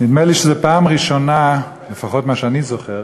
נדמה לי שזו הפעם הראשונה, לפחות ממה שאני זוכר,